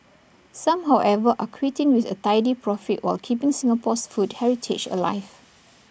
some however are quitting with A tidy profit while keeping Singapore's food heritage alive